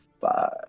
five